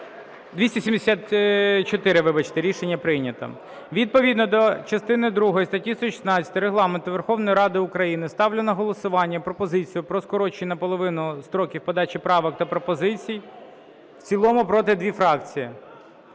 Відповідно до частини другої статті 116 Регламенту Верховної Ради України ставлю на голосування пропозицію про скорочення наполовину строків подачі правок та пропозицій... (Шум у залі) В цілому – проти дві фракції.